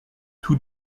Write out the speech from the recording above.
tous